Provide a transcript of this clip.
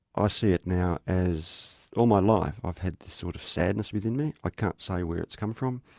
ah see it now as all my life i've had this sort of sadness within me, i can't say where it's come from,